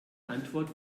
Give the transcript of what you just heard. antwort